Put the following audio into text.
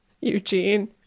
Eugene